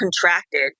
contracted